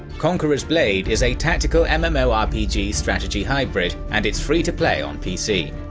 conqueror's blade is a tactical um mmo rpg strategy hybrid and it is free-to-play on pc.